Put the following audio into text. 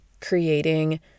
creating